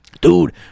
Dude